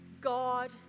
God